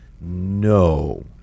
no